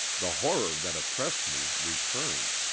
the horror that oppressed me returned.